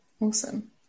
awesome